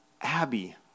Abby